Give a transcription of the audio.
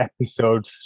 episode